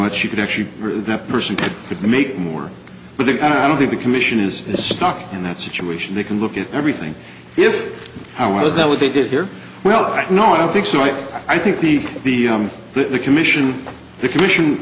what you could actually be that person could make more but then i don't think the commission is stuck in that situation they can look at everything if i want is that what they did here well no i don't think so i i think the the but the commission the commission